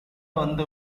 வந்த